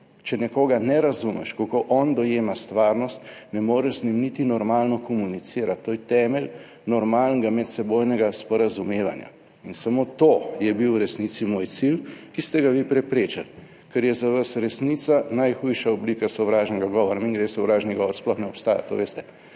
Če nekoga ne razumeš, kako on dojema stvarnost, ne moreš z njim niti normalno komunicirati. To je temelj normalnega medsebojnega sporazumevanja in samo to je bil v resnici moj cilj, ki ste ga vi preprečili, ker je za vas resnica najhujša oblika sovražnega govora. Mimogrede, sovražni govor sploh ne obstaja, to veste.